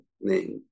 name